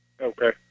Okay